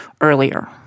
earlier